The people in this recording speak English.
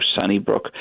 Sunnybrook